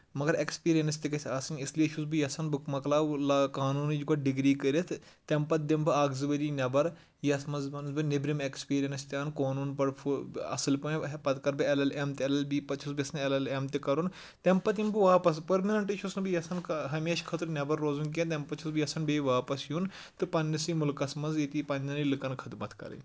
مَگر اٮ۪کٕسپِرینس تہِ گژھِ آسٕنۍ اس لیے چھُس بہٕ یژھان بہٕ مۄکلاوٕ قانوٗنٕچ گۄڈٕ ڈگری کٔرِتھ تَمہِ پَتہٕ دِمہٕ بہٕ اکھ زٕ ؤری نٮ۪بَر یَتھ منٛز زَن بہٕ نٮ۪برِم اٮ۪کٕسپِیٖرینس تہِ اَنہٕ قۄنون پڑٕ پھو اَصٕل پٲٹھۍ پتہٕ کرٕ بہٕ L L M L L B پَتہٕ چھُس بہٕ یِژھان ایل ایل ایم تہِ کَرُن تَمہِ پَتہٕ یمہٕ بہٕ واپَس پٔرمِننٹٕے چھُس نہٕ بہٕ یَژھان ہمیشہِ خٲطرٕ نٮ۪بَر روزُن کیٚنٛہہ تَمہِ پَتہٕ چھُس بہٕ یَژھان بیٚیہِ واپَس یُن تہٕ پَنٕنِسٕے مُلکَس منٛز ییٚتی پَنٕننی لُکن خدمَت کَرٕنۍ